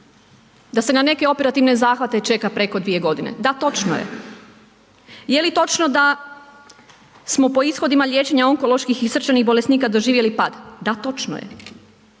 da se neke operativne zahvate čeka preko dvije godine? Da, točno je. Jeli točno da smo po ishodima liječenja onkoloških i srčanih bolesnika doživjeli pad? Da, točno je.